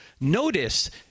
Notice